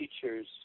teachers